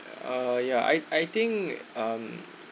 uh yeah I I think um